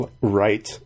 right